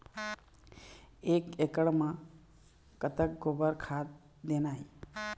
एक एकड़ म कतक गोबर खाद देना ये?